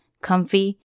comfy